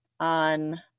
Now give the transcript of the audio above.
on